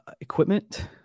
equipment